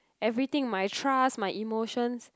everything my trust my emotions